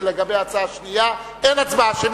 שלגבי ההצעה השנייה אין הצבעה שמית,